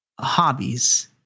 hobbies